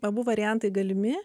abu variantai galimi